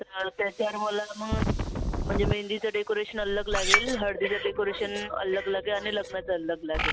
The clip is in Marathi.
तर त्याचे मला मग म्हणजे मेंदीचे डेकोरेशन अलग लागेल हळदीचं डेकोरेशन अलग लागेल आणि लग्नाचे अलग लागेल